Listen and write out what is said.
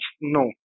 no